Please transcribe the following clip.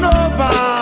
over